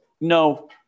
no